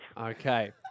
Okay